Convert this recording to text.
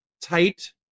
tight